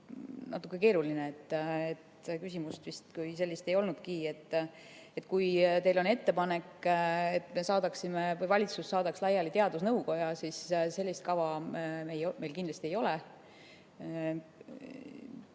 natuke keeruline. Küsimust kui sellist ei olnudki. Kui teil on ettepanek, et valitsus saadaks laiali teadusnõukoja, siis sellist kava meil kindlasti ei ole.